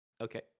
Okay